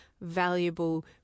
valuable